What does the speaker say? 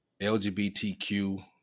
LGBTQ